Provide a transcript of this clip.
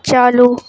چالو